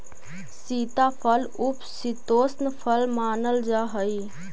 सीताफल उपशीतोष्ण फल मानल जा हाई